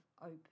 open